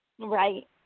Right